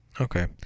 Okay